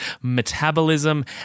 metabolism